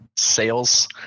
sales